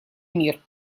мир